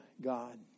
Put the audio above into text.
God